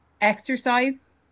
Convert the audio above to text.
exercise